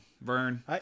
Vern